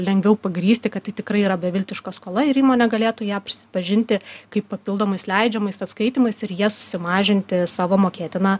lengviau pagrįsti kad tai tikrai yra beviltiška skola ir įmonė galėtų ją prisipažinti kaip papildomais leidžiamais atskaitymais ir ja susimažinti savo mokėtiną